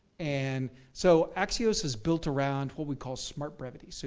and so axios is built around what we call smart brevity. so